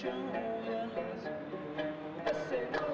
you know